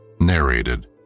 Narrated